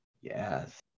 Yes